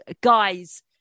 guys